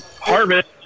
harvest